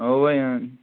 اَوَے